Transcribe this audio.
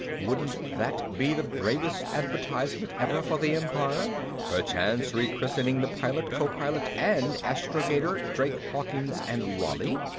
wouldn't that be the bravest advertisement ever for the empire perchance rechristening the pilot, copilot and astrogator drake, hawkins and raleigh?